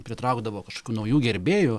pritraukdavo kažkokių naujų gerbėjų